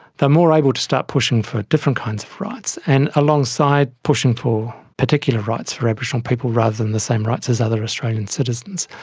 more able to start pushing for different kinds of rights, and, alongside, pushing for particular rights for aboriginal people rather than the same rights as other australian citizens.